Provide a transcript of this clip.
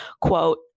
quote